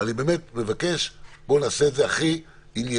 אבל אני באמת מבקש: בוא נעשה את זה הכי ענייני.